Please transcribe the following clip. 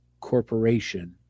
corporation